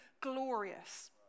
glorious